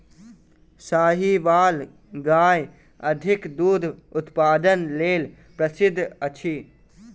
साहीवाल गाय अधिक दूधक उत्पादन लेल प्रसिद्ध अछि